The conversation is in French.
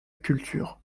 culture